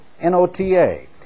N-O-T-A